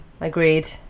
agreed